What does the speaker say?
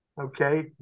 Okay